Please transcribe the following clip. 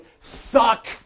suck